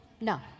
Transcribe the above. No